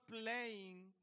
playing